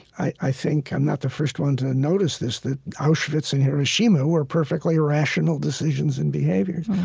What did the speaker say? i think i'm not the first one to notice this that auschwitz and hiroshima were perfectly rational decisions and behaviors.